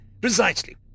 Precisely